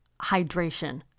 hydration